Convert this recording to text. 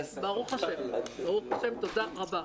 ברוך השם, תודה רבה.